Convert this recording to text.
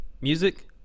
music